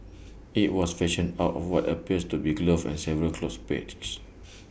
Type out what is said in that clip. IT was fashioned out of what appears to be A glove and several clothes pegs